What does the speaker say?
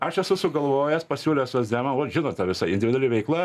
aš esu sugalvojęs pasiūlęs socdemam ot žinot ta visa individuali veikla